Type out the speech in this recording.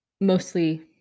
mostly